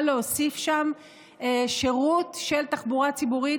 להוסיף שם שירות של תחבורה ציבורית.